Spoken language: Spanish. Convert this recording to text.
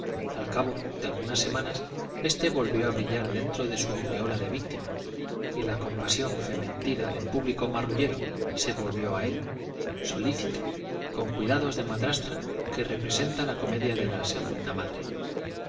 al cabo de algunas semanas este volvió a brillar dentro de su aureola de víctima y la compasión fementida del público marrullero se volvió a él solícita con cuidados de madrastra que representa la comedia de la segunda madre